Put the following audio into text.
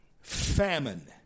famine